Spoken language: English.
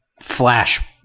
Flash